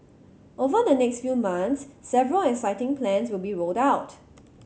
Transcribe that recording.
over the next few months several exciting plans will be rolled out